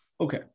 Okay